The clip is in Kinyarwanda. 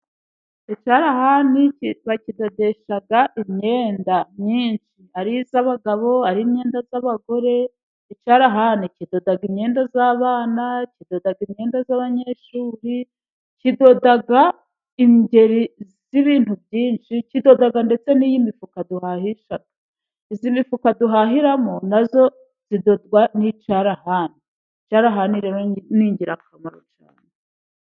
Icyarahani bakidodesha imyenda myinshi, ari iy'abagabo, ari myenda y'abagore, icyarahani kidoda imyenda y'abana, kikadoda imyenda y'abanyeshuri, kidoda ingeri z'ibintu byinshi, kidoga ndetse n'iyi mifuka duhahisha, iyi mifuka duhahiramo na yo idodwa n'icyarahani. Icyarahani rero ni ingirakamaro cyane.